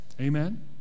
Amen